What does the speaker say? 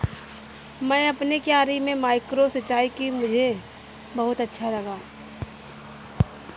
मैंने अपनी क्यारी में माइक्रो सिंचाई की मुझे बहुत अच्छा लगा